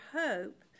hope